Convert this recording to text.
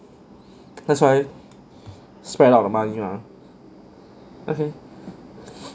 that's why spread out the money around okay